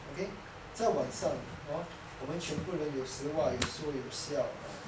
okay 在晚上 orh 我们全部人有时有说有笑 uh